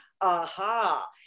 aha